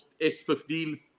S15